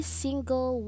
single